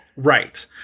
Right